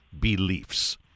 Beliefs